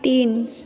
তিন